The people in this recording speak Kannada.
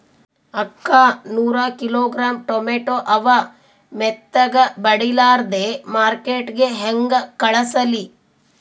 ಅಕ್ಕಾ ನೂರ ಕಿಲೋಗ್ರಾಂ ಟೊಮೇಟೊ ಅವ, ಮೆತ್ತಗಬಡಿಲಾರ್ದೆ ಮಾರ್ಕಿಟಗೆ ಹೆಂಗ ಕಳಸಲಿ?